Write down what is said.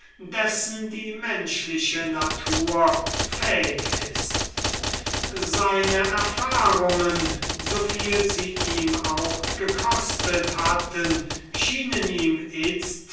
dessen die menschliche natur fähig ist seine erfahrungen so viel sie ihn auch gekostet hatten schienen ihm itzt